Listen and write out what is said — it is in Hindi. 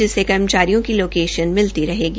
जिससे कर्मचारियों की लोकेशन मिलती रहेगी